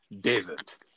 desert